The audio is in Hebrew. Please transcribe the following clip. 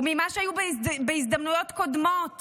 וממה שהיו בהזדמנויות קודמות